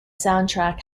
soundtrack